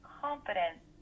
confidence